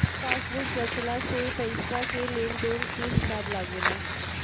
passbook जाँचला से पईसा के लेन देन के हिसाब लागेला